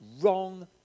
wrong